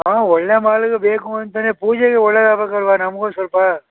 ಹಾಂ ಒಳ್ಳೆಯ ಮಾಲು ಇದು ಬೇಕು ಅಂತನೇ ಪೂಜೆಗೆ ಒಳ್ಳೇದು ಆಗ್ಬೇಕು ಅಲ್ಲವಾ ನಮಗೂ ಸ್ವಲ್ಪ